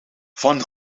van